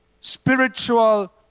spiritual